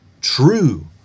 true